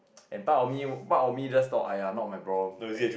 and part of me part of me just thought aiya not my problem